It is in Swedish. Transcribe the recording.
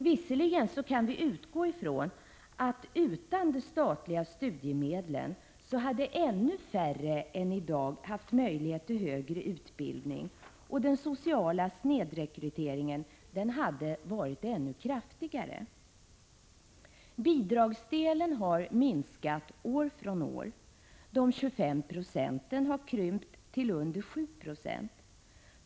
Vi kan dock utgå från att det utan de statliga studiemedlen hade varit ännu färre än i dag som hade haft möjlighet till högre utbildning och att den sociala snedrekryteringen hade varit ännu kraftigare. Bidragsdelen har minskat år efter år. Från 25 96 har den krympt till under 7 9.